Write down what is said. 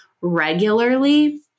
regularly